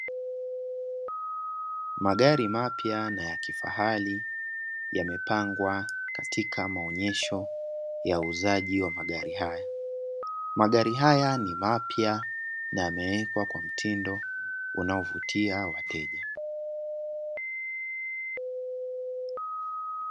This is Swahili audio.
Magari mapya na ya kifahari yamepangwa katika maonyesho ya uuzaji wa magari haya, magari haya ni mapya na yamewekwa katika mtindo unaovutia wateja.